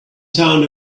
town